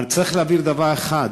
אבל צריך להבהיר דבר אחד: